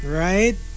right